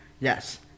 Yes